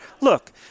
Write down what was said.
Look